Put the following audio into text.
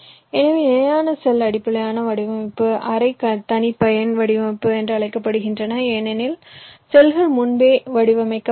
எனவே நிலையான செல் அடிப்படையிலான வடிவமைப்பு அரை தனிப்பயன் வடிவமைப்பு என்று அழைக்கப்படுகின்றன ஏனெனில் செல்கள் முன்பே வடிவமைக்கப்பட்டவை